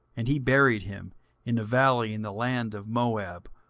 and he buried him in a valley in the land of moab,